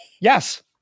Yes